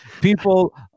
People